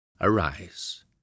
arise